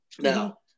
now